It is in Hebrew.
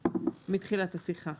דקות מתחילת השיחה".